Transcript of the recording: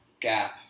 gap